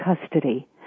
custody